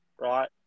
right